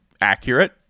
accurate